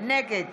נגד